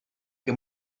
que